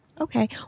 Okay